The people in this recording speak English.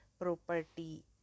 property